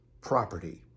Property